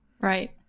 Right